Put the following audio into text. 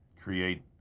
create